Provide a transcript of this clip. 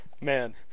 Man